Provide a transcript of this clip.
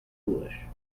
foolish